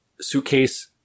suitcase